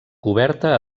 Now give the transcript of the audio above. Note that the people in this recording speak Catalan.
coberta